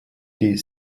die